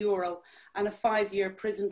והפוליטי.